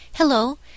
Hello